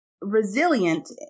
resilient